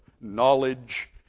knowledge